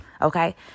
okay